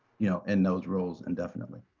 you know and in those roles indefinitely.